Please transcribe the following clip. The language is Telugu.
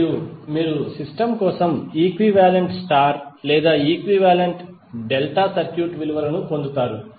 మరియు మీరు సిస్టమ్ కోసం ఈక్వివాలెంట్ స్టార్ లేదా ఈక్వివాలెంట్ డెల్టా సర్క్యూట్ విలువలను పొందుతారు